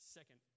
Second